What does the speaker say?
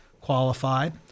qualified